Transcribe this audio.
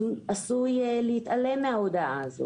אז הוא עשוי להתעלם מההודעה הזאת.